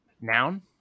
noun